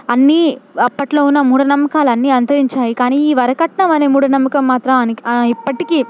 అన్నీ అప్పట్లో ఉన్న మూఢ నమ్మకాలన్నీ అంతరించాయి కానీ ఈ వరకట్నం అనే మూఢ నమ్మకం మాత్రం అని ఇప్పటికీ